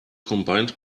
combined